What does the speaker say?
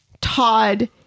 Todd